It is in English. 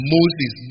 Moses